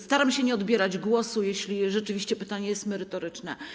Staram się nie odbierać głosu, jeśli rzeczywiście pytanie jest merytoryczne.